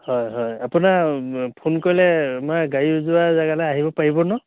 হয় হয় আপোনাক ফোন কৰিলে মই গাড়ী যোৱা জেগালে আহিব পাৰিব ন